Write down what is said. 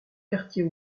quartier